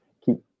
keep